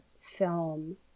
film